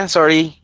Sorry